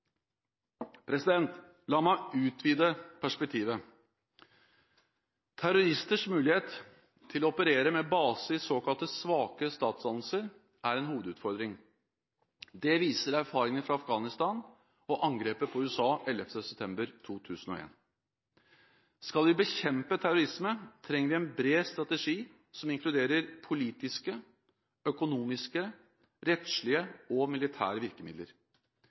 La meg utvide perspektivet. Terroristers mulighet til å operere med base i såkalt svake statsdannelser er en hovedutfordring. Det viser erfaringene fra Afghanistan og angrepet på USA den 11. september 2001. Skal vi bekjempe terrorisme, trenger vi en bred strategi som inkluderer politiske, økonomiske, rettslige og militære virkemidler.